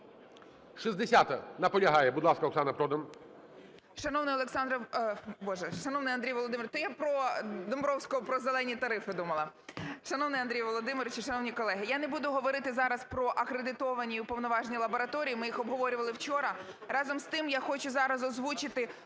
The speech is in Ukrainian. Шановний Олександре… Боже! Шановний Андрій Володимирович! Та я про Домбровського, про "зелені тарифи" думала. Шановний Андрій Володимирович, шановні колеги! Я не буду говорити зараз акредитовані і уповноважені лабораторії, ми їх обговорювали вчора. Разом з тим, я хочу зараз озвучити